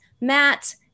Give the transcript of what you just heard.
Matt